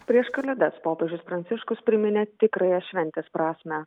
prieš kalėdas popiežius pranciškus priminė tikrąją šventės prasmę